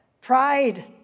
pride